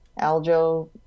Aljo